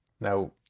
Now